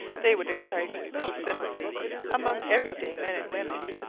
they would excite little sympathy among every-day men and women,